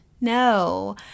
No